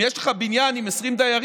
אם יש לך בניין עם 20 דיירים,